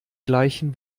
gleichen